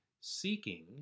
seeking